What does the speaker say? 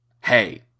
Hey